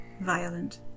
Violent